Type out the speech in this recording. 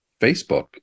Facebook